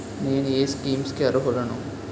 నేను ఏ స్కీమ్స్ కి అరుహులను?